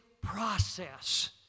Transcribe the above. process